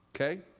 okay